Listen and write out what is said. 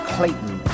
Clayton